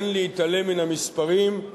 אין להתעלם מן המספרים,